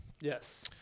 Yes